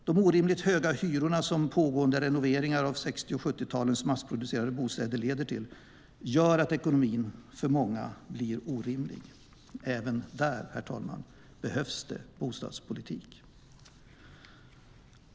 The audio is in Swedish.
De orimligt höga hyrorna som pågående renoveringar av 60 och 70-talens massproducerade bostäder leder till gör att ekonomin för många blir orimlig. Även där, herr talman, behövs det bostadspolitik.